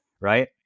Right